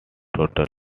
total